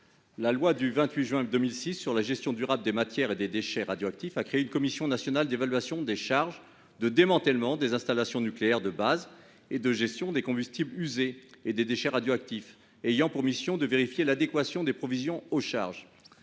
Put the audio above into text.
La loi du 28 juin 2006 de programme relative à la gestion durable des matières et déchets radioactifs a créé une Commission nationale d'évaluation du financement des charges de démantèlement des installations nucléaires de base et de gestion des combustibles usés et des déchets radioactifs (Cnef) ayant pour mission de vérifier l'adéquation des provisions aux charges.